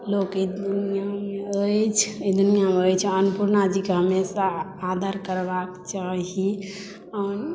लोक ई दुनियाँमे रहै छथि रहै छै अन्नपुर्णाजीकेँ हमेशा आदर करबाक चाही आओर